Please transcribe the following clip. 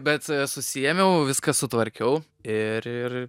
bet save susiėmiau viską sutvarkiau ir ir